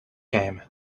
came